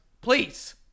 Please